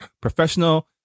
professional